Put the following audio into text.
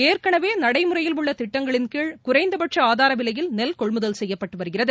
ஏற்கனவே நடைமுறையில் உள்ள திட்டங்களின் கீழ் குறைந்தபட்ச ஆதார விலையில் நெல் கொள்முதல் செய்யப்பட்டு வருகிறது